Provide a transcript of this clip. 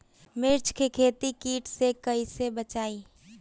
मिर्च के खेती कीट से कइसे बचाई?